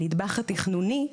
הנדבך התכנוני,